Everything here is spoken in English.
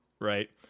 right